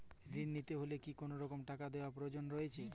ঋণ নিতে হলে কি কোনরকম টাকা দেওয়ার প্রয়োজন রয়েছে?